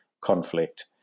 conflict